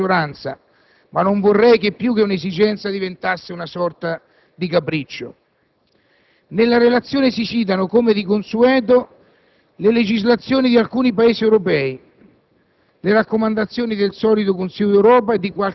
Forse è solo un'esigenza ideologica della maggioranza; non vorrei, tuttavia, che più che un'esigenza diventasse una sorta di capriccio. Nella relazione si citano, come di consueto, le legislazioni di alcuni Paesi europei,